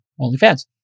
OnlyFans